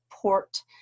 Port